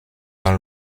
dans